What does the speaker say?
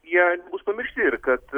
jie bus pamiršti ir kad